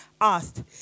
asked